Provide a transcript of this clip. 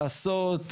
לעשות,